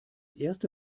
erste